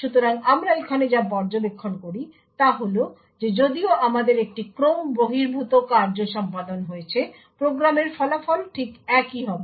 সুতরাং আমরা এখানে যা পর্যবেক্ষণ করি তা হল যে যদিও আমাদের একটি ক্রমবহির্ভূত কার্য সম্পাদন হয়েছে প্রোগ্রামের ফলাফল ঠিক একই হবে